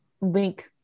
link